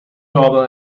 doorbell